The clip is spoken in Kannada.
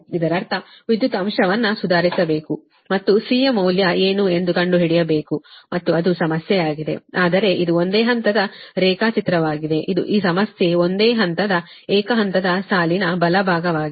ಇದರರ್ಥ ವಿದ್ಯುತ್ ಅಂಶವನ್ನು ಸುಧಾರಿಸಬೇಕು ಮತ್ತು c ಯ ಮೌಲ್ಯ ಏನು ಎಂದು ಕಂಡುಹಿಡಿಯಬೇಕು ಮತ್ತು ಅದು ಸಮಸ್ಯೆಯಾಗಿದೆ ಆದರೆ ಇದು ಒಂದೇ ಹಂತದ ರೇಖಾಚಿತ್ರವಾಗಿದೆ ಇದು ಈ ಸಮಸ್ಯೆ ಒಂದೇ ಹಂತದ ಏಕ ಹಂತದ ಸಾಲಿನ ಬಲ ಭಾಗವಾಗಿದೆ